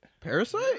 Parasite